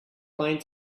plane